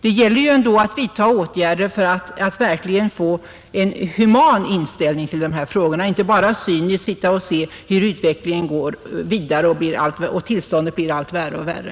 Det gäller ju här att vidta åtgärder för att verkligen visa en human inställning till dessa frågor; vi kan inte bara sitta och cyniskt se på hur utvecklingen går vidare och tillståndet blir allt värre.